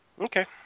Okay